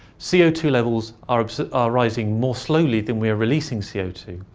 c o two levels are are rising more slowly than we are releasing c o two.